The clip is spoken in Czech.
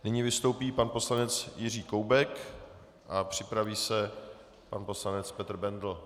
Nyní vystoupí pan poslanec Jiří Koubek a připraví se pan poslanec Petr Bendl.